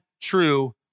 true